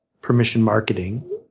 permission marketing,